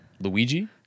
Luigi